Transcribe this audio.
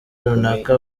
runaka